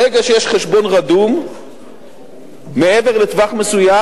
ברגע שיש חשבון רדום מעבר לטווח מסוים,